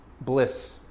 bliss